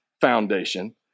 foundation